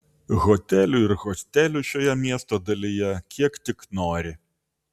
hotelių ir hostelių šioje miesto dalyje kiek tik nori